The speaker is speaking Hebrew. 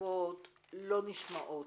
התשובות נשמעות